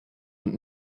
und